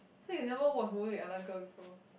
so you never watch movie with other girl before